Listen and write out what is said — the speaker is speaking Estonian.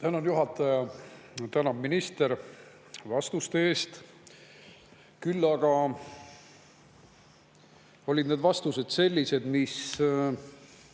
Tänan, juhataja! Tänan, minister, vastuste eest! Küll aga olid need vastused sellised, mis